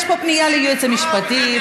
יש פה פנייה ליועץ המשפטי.